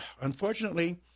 unfortunately